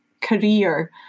career